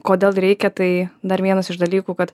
kodėl reikia tai dar vienas iš dalykų kad